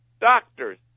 doctors